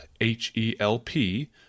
H-E-L-P